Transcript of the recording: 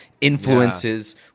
influences